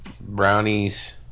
Brownies